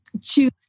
choose